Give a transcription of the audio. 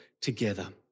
together